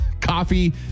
coffee